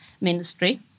ministry